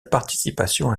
participation